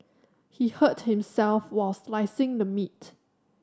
he hurt himself while slicing the meat